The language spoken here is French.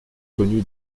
connu